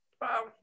Wow